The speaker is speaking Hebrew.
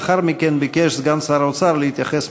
לאחר מכן ביקש סגן שר האוצר להתייחס